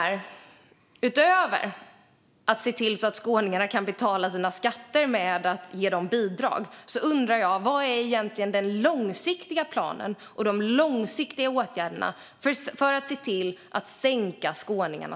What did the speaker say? Utöver att se till att skåningarna kan betala sina skatter med hjälp av bidrag, undrar jag vad som egentligen är den långsiktiga planen och de långsiktiga åtgärderna för att sänka elpriset för skåningarna.